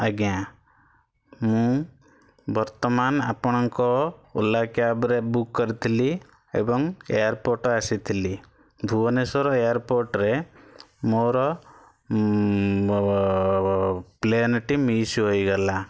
ଆଜ୍ଞା ମୁଁ ବର୍ତ୍ତମାନ ଆପଣଙ୍କ ଓଲା କ୍ୟାବରେ ବୁକ୍ କରିଥିଲି ଏବଂ ଏୟାରପୋର୍ଟ ଆସିଥିଲି ଭୁବନେଶ୍ୱର ଏୟାରପୋର୍ଟରେ ମୋର ପ୍ଲେନ୍ଟି ମିସ୍ ହୋଇଗଲା